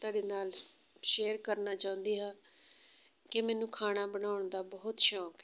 ਤੁਹਾਡੇ ਨਾਲ ਸ਼ੇਅਰ ਕਰਨਾ ਚਾਹੁੰਦੀ ਹਾਂ ਕਿ ਮੈਨੂੰ ਖਾਣਾ ਬਣਾਉਣ ਦਾ ਬਹੁਤ ਸ਼ੌਂਕ ਹੈ